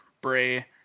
Bray